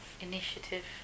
Initiative